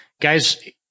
Guys